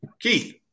Keith